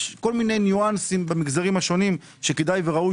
יש כל מיני ניואנסים במגזרים השונים שכדאי וראוי